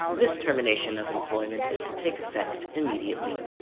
this termination of employment is to take effect immediately.